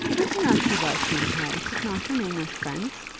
i do not see why she and harry should not remain as friends.